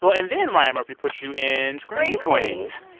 but and then ryan murphy puts you in scream queens.